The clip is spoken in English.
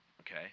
okay